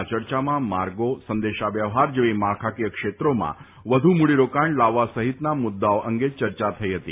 આ ચર્ચામાં માર્ગો સંદેશા વ્યવહાર જેવા માળખાકીય ક્ષેત્રોમાં વધુ મૂડીરોકાણ લાવવા સહિતના મુદ્દાઓ અંગે ચર્ચા થઈ હતી